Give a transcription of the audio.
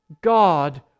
God